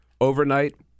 overnight